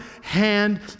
hand